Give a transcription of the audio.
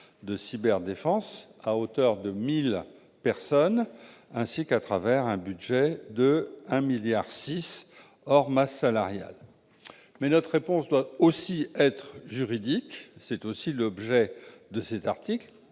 de cyberdéfense à hauteur de 1 000 personnes ainsi qu'à travers un budget de 1,6 milliard d'euros, hors masse salariale. Mais notre réponse doit aussi être juridique. Tel est aussi l'objet de l'article